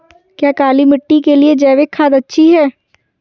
क्या काली मिट्टी के लिए जैविक खाद अच्छी है?